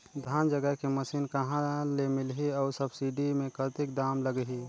धान जगाय के मशीन कहा ले मिलही अउ सब्सिडी मे कतेक दाम लगही?